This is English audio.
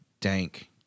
dank